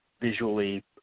visually